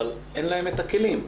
אבל אין להן את הכלים.